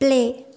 play